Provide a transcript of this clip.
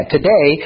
Today